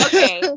Okay